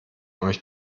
euch